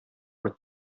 were